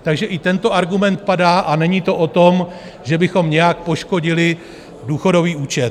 Takže i tento argument padá a není to o tom, že bychom nějak poškodili důchodový účet.